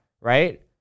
right